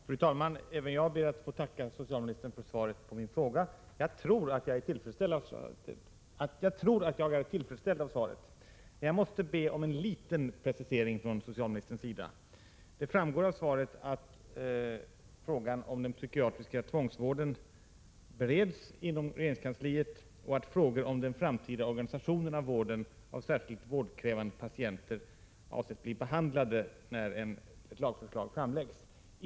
Fru talman! Även jag ber att få tacka socialministern för svaret på min fråga. Jag tror att jag är tillfredsställd med svaret, men jag måste be om en liten precisering från socialministerns sida. Det framgår av svaret att frågan om den psykiatriska tvångsvården bereds inom regeringskansliet och att frågor om den framtida organisationen av vården av särskilt vårdkrävande patienter avses bli behandlad när ett lagförslag framläggs.